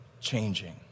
changing